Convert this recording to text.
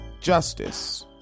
justice